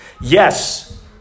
Yes